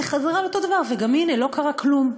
חזרה על אותו דבר וגם הנה לא קרה כלום.